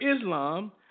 Islam